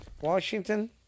washington